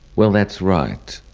well, that's right.